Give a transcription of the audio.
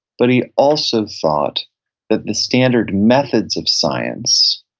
but he also thought that the standard methods of science,